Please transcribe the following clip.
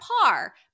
par